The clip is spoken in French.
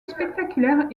spectaculaire